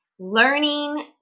learning